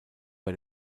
bei